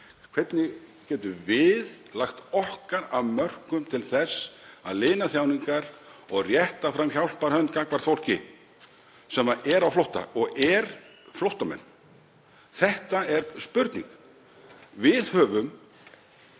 Hvernig getum við lagt okkar af mörkum til þess að lina þjáningar og rétta fram hjálparhönd gagnvart fólki sem er á flótta og er flóttamenn? Það er spurning. Við höfum,